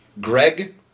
Greg